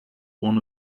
one